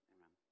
Amen